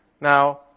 Now